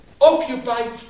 occupied